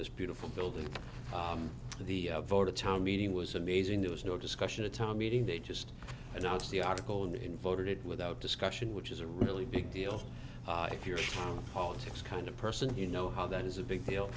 this beautiful building the voter town meeting was amazing there was no discussion a time meeting they just announced the article and voted it without discussion which is a really big deal if your politics kind of person you know how that is a big deal